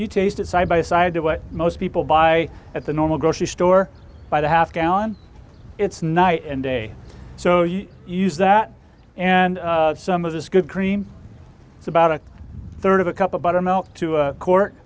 you taste it side by side to what most people buy at the normal grocery store by the half gallon it's night and day so you use that and some of this good cream it's about a third of a couple buttermilk to court